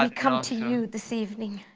um kind of to you this evening